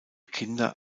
kinder